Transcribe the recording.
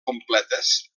completes